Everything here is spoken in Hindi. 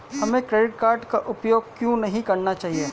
हमें क्रेडिट कार्ड का उपयोग क्यों नहीं करना चाहिए?